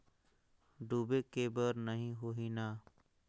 डूबे के बर नहीं होही न?